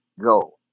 go